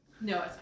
No